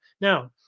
Now